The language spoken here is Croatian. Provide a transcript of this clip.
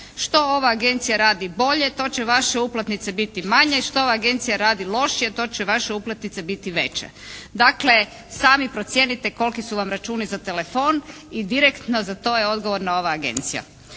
Što ova agencija radi bolje, to će vaše uplatnice biti manje, što agencija radi lošije to će vaše uplatnice biti veće. Dakle, sami procijenite koliki su vam računi za telefon i direktno za to je odgovorna ova agencija.